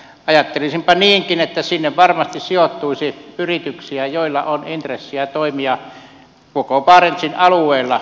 ajattelisinpa niinkin että sinne varmasti sijoittuisi yrityksiä joilla on intressiä toimia koko barentsin alueella